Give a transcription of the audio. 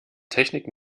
technik